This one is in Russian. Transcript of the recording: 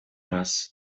раз